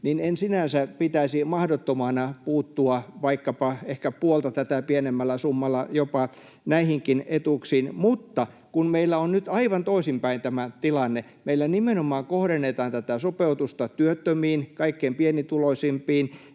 niin en sinänsä pitäisi mahdottomana puuttua vaikkapa ehkä puolta tätä pienemmällä summalla jopa näihinkin etuuksiin, mutta kun meillä on nyt aivan toisinpäin tämä tilanne: meillä nimenomaan kohdennetaan tätä sopeutusta työttömiin, kaikkein pienituloisimpiin,